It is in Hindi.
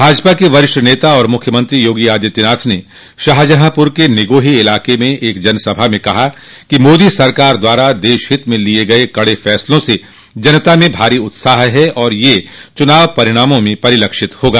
भाजपा के वरिष्ठ नेता और मुख्यमंत्री योगी आदित्यनाथ ने शाहजहांपुर के निगोही इलाके में एक जनसभा में कहा कि मोदी सरकार द्वारा देशहित में लिये गये कड़े फैसलों से जनता में भारी उत्साह है और यह चुनाव परिणामों में परिलक्षित होगा